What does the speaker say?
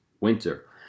winter